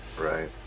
right